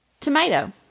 Tomato